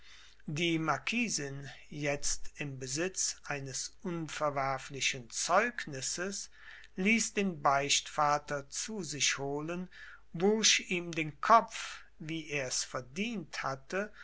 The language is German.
die marquisin jetzt im besitz eines unverwerflichen zeugnisses ließ den beichtvater zu sich holen wusch ihm den kopf wie ers verdient hatte